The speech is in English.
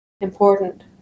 important